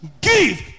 give